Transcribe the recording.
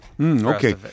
Okay